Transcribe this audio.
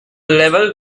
level